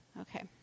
Okay